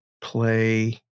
play